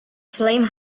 flame